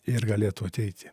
ir galėtų ateiti